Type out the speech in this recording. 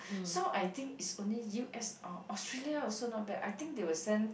so I think is only U_S or Australia also not bad I think they will send